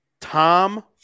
Tom